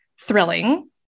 thrilling